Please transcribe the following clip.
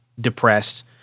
depressed